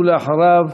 ואחריו,